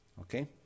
Okay